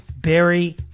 Barry